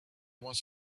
was